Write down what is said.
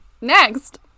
next